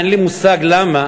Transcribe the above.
אין לי מושג למה,